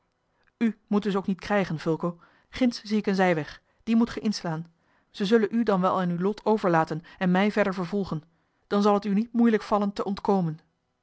u moeten ze ook niet krijgen fulco ginds zie ik een zijweg dien moet ge inslaan zij zullen u dan wel aan uw lot overlaten en mij verder vervolgen dan zal het u niet moeilijk vallen te ontkomen